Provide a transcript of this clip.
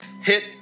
hit